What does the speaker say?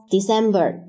December